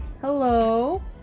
hello